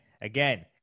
again